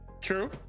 True